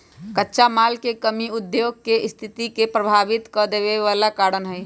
कच्चा माल के कमी उद्योग के सस्थिति के प्रभावित कदेवे बला कारण हई